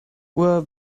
uhr